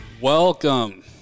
Welcome